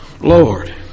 Lord